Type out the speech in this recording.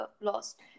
lost